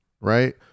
right